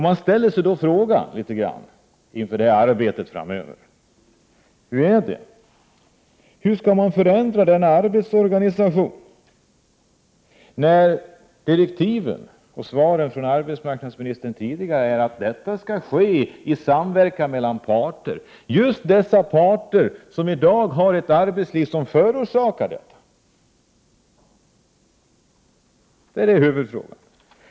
Man ställer sig då frågan, inför det arbete som skall göras framöver: Hur skall man förändra denna arbetsorganisation när direktiven och de tidigare beskeden från arbetsmarknadsministern är att förändringen skall ske i samverkan mellan just de parter som i dag styr det arbetsliv som förorsakar problemen? Det är huvudfrågan.